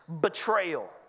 betrayal